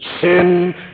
Sin